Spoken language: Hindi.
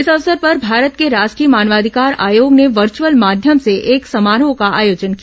इस अवसर पर भारत के राष्ट्रीय मानवाधिकार आयोग ने वर्चअल माध्यम से एक समारोह का आयोजन किया